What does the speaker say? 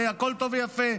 והכול טוב ויפה,